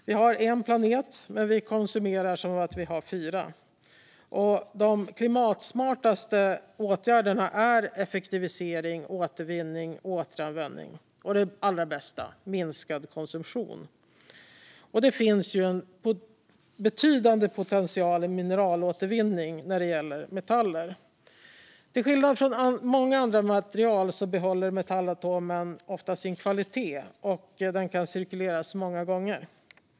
Vi har en planet men konsumerar som om vi hade fyra. De klimatsmartaste åtgärderna är effektivisering, återvinning, återanvändning och - den allra bästa - minskad konsumtion. Det finns en betydande potential i mineralåtervinning när det gäller metaller. Till skillnad från många andra material behåller metallatomen oftast sin kvalitet och kan cirkuleras många gånger.